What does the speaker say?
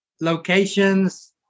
locations